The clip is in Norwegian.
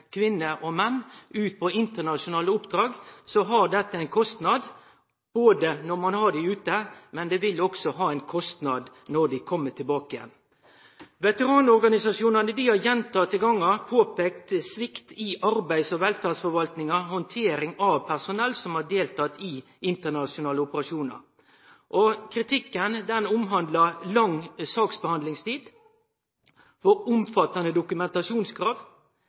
kvinner og menn ut på internasjonale oppdrag, har dette ein kostnad når ein har dei ute, men det vil også ha ein kostnad når dei kjem tilbake igjen. Veteranorganisasjonane har gjentatte gonger påpeikt svikt i arbeids- og velferdsforvaltninga si handtering av personell som har deltatt i internasjonale operasjonar. Kritikken omhandlar lang saksbehandlingstid, for omfattande dokumentasjonskrav,